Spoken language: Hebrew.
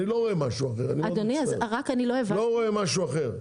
אני לא רואה משהו אחר,